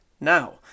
now